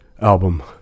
album